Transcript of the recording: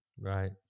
Right